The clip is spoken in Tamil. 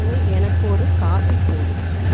போய் எனக்கு ஒரு காபி போடு